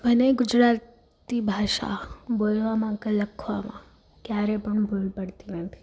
મને ગુજરાતી ભાષા બોલવામાં કે લખવામાં ક્યારે પણ ભૂલ પડતી નથી